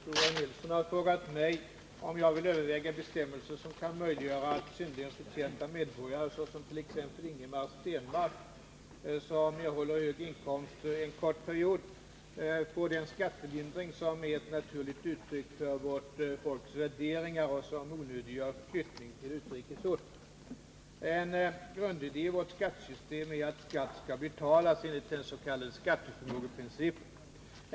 Herr talman! Tore Nilsson har frågat mig om jag vill överväga bestämmelser som kan möjliggöra att synnerligen förtjänta medborgare, såsom t.ex. Ingemar Stenmark, som erhåller hög inkomst en kort period, erhåller den skattelindring som är ett naturligt uttryck för vårt folks värderingar och som onödiggör flyttning till utrikes ort. En grundidé i vårt skattesystem är att skatt skall betalas enligt den s.k. skatteförmågeprincipen.